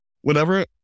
whenever